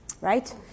Right